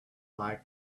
like